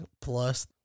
plus